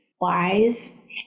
wise